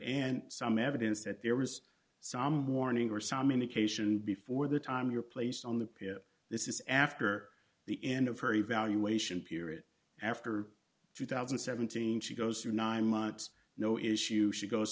and some evidence that there was some warning or some indication before the time you're placed on the pier this is after the end of her evaluation period after two thousand and seventeen she goes through nine months no issue she goes